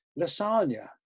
lasagna